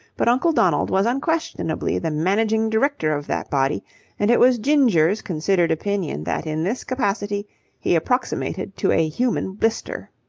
but uncle donald was unquestionably the managing director of that body and it was ginger's considered opinion that in this capacity he approximated to a human blister.